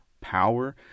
power